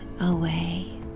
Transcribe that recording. away